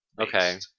Okay